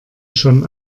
schon